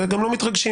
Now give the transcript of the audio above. וגם לא מתרגשים